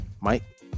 mike